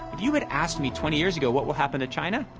you had asked me twenty years ago, what will happen to china,